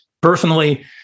personally